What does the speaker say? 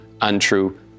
untrue